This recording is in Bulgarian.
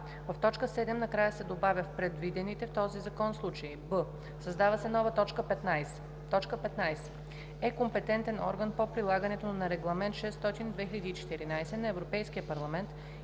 в т. 7 накрая се добавя „в предвидените в този закон случаи”; б) създава се нова т. 15: „15. е компетентен орган по прилагането на Регламент (ЕС) № 600/2014 на Европейския парламент